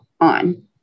on